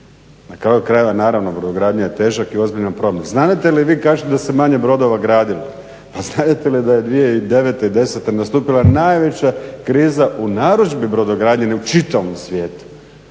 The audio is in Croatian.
Na kraju krajeva naravno, brodogradnja je težak i ozbiljan problem. Znadete li vi, kažete da se manje gradili, pa znadete li da je 2009., 2010. nastupila najveća kriza u narudžbi brodogradnje u čitavom svijetu,